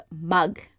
mug